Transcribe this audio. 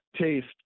taste